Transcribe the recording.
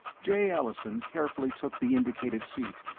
jay allison carefully took the indicated seat,